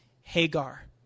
Hagar